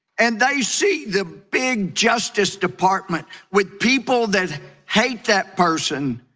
and that you see the big justice department with people that hate that person.